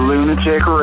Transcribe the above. Lunatic